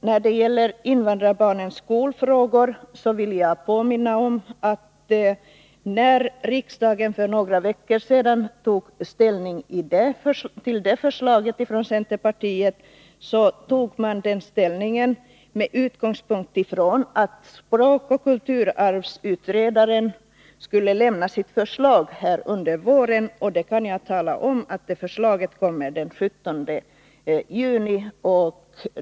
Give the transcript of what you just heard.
När det gäller invandrarbarnens skolfrågor vill jag påminna om att när riksdagen för några veckor sedan tog ställning till det förslaget från centerpartiet skedde det med utgångspunkt från att språkoch kulturarvsutredaren skulle lämna sitt förslag under våren. Jag kan tala om att det förslaget kommer den 17 juni.